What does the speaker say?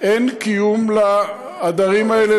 אין קיום לעדרים האלה,